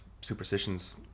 superstitions